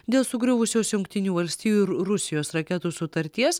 dėl sugriuvusios jungtinių valstijų ir rusijos raketų sutarties